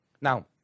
Now